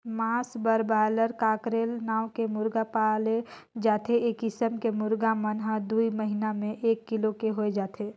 मांस बर broiler, cockerel नांव के मुरगा पाले जाथे ए किसम के मुरगा मन हर दूई महिना में एक किलो के होय जाथे